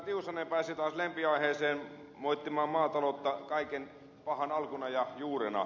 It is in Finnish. tiusanen pääsi taas lempiaiheeseen moittimaan maataloutta kaiken pahan alkuna ja juurena